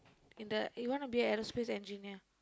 in the he want to be a aerospace engineer